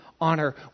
honor